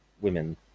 Women